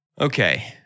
Okay